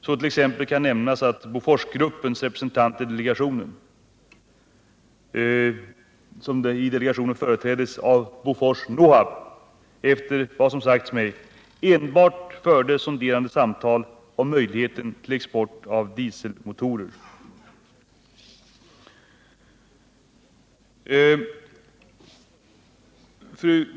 Som exempel kan nämnas att Boforsgruppens representant i industridelegationen, från AB Bofors-Nohab, efter vad som sagts mig enbart förde sonderande samtal om möjligheten till export av dieselmotorer.